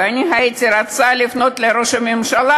ואני הייתי רוצה לפנות לראש הממשלה,